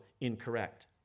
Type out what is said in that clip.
incorrect